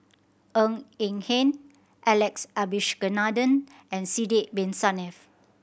Ng Eng Hen Alex Abisheganaden and Sidek Bin Saniff